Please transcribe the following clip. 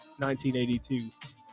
1982